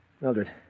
Mildred